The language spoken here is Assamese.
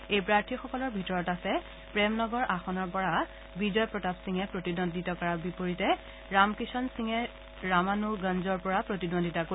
এই প্ৰাৰ্থীসকলৰ ভিতৰত আছে প্ৰেমনগৰ আসনৰ পৰা বিজয় প্ৰতাপ সিঙে প্ৰতিদ্বন্দ্বিতা কৰাৰ বিপৰীতে ৰামকিষণ সিঙে ৰামানুগঞ্জৰ পৰা প্ৰতিদ্বন্দ্বিতা কৰিব